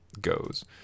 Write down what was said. goes